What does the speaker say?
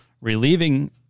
Relieving